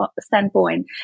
standpoint